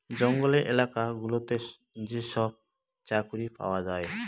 জঙ্গলের এলাকা গুলোতে যেসব চাকরি পাওয়া যায়